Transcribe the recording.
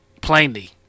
plainly